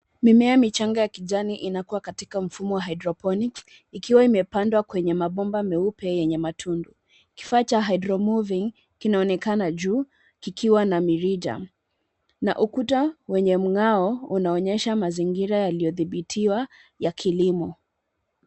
Mimea michanga ya kijani inakuwa katika mfumo wa hydroponics . Ikiwa imepandwa kwenye mabomba meupe yenye matundu. Kifaa cha hydromoving , kinaonekana juu, kikiwa na mirija. Na ukuta , wenye mng'ao, unaonyesha mazingira yaliyodhibitiwa, ya kilimo.